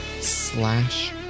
slash